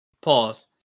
Pause